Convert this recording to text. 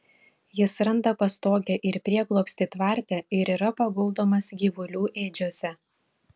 jis randa pastogę ir prieglobstį tvarte ir yra paguldomas gyvulių ėdžiose